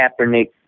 Kaepernick